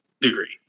degree